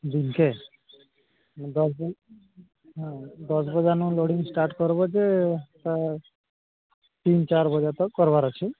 ଦିନକୁ ଦଶ ହଁ ଦଶଟାରେ ଲୋଡିଙ୍ଗ ଷ୍ଟାର୍ଟ କରିବ ଯେ ତିନି ଚାରିଟା ଯାଏଁ କରିବାର ଅଛି